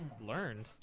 Learned